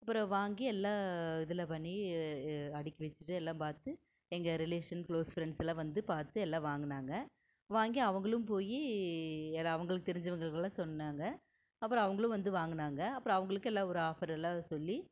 அப்புறம் வாங்கி எல்லா இதில் பண்ணி அடிக்கி வச்சுட்டு எல்லாம் பார்த்து எங்கள் ரிலேஷன் க்ளோஸ் ஃப்ரெண்ட்ஸ் எல்லாம் வந்து பார்த்து எல்லா வாங்குனாங்கள் வாங்கி அவங்களும் போய் அவங்களுக்கு தெரிஞ்சவங்களுக்கெலான் சொன்னாங்கள் அப்புறம் அவங்களும் வந்து வாங்குனாங்கள் அப்புறம் அவங்களுக்கும் ஒரு ஆஃபர் எல்லாம் சொல்லி